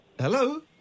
Hello